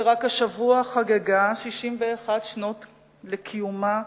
שרק השבוע חגגה 61 שנים לקיומה,